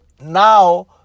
now